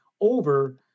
over